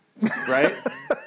Right